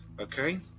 okay